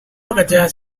pekerjaan